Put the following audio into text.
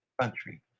country